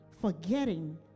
Forgetting